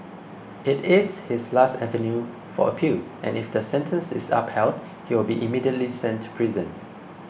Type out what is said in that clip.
it is his last avenue for appeal and if the sentence is upheld he will be immediately sent to prison